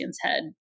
head